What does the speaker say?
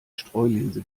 streulinse